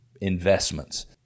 investments